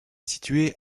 situé